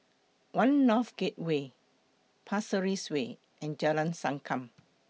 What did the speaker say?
one North Gateway Pasir Ris Way and Jalan Sankam